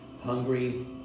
hungry